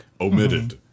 Omitted